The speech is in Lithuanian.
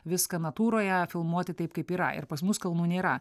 viską natūroje filmuoti taip kaip yra ir pas mus kalnų nėra